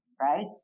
right